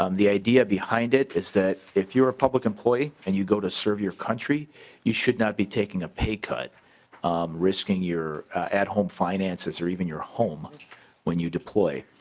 um the idea behind it is that if you're a public employee and you go to serve your country you should not be taking a pay cut risking your at-home finances or even your home when you deploy.